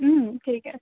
ঠিক আছে